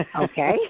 Okay